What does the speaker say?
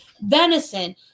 venison